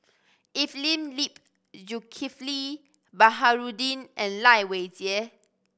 Evelyn Lip Zulkifli Baharudin and Lai Weijie